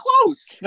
close